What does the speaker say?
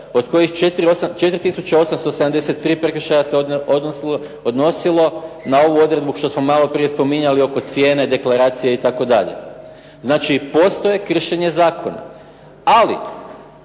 od kojih 4873 prekršaja se odnosilo na ovu odredbu što smo malo prije spominjali oko cijene, deklaracije itd. Znači, postoji kršenje zakona. Ali,